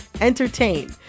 entertain